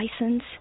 license